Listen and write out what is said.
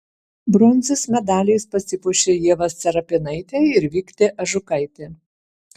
bronzos medaliais pasipuošė ieva serapinaitė ir viktė ažukaitė